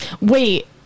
Wait